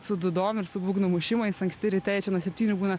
su dūdom ir su būgnų mušimais anksti ryte jie čia nuo septynių būna